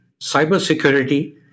cybersecurity